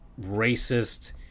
racist